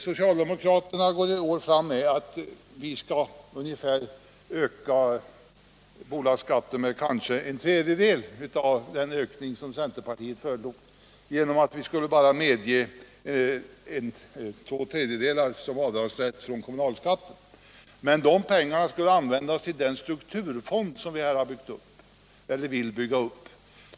Socialdemokraterna går i år fram med förslaget att öka bolagsskatten med kanske en tredjedel av den ökning som centerpartiet föreslog. Vi gör det genom att inte vilja medge avdragsrätt för mer än två tredjedelar av kommunalskatten. Men de pengarna skulle användas till den strukturfond som vi vill bygga upp.